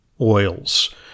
oils